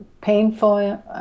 painful